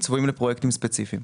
צבועים לפרויקטים ספציפיים.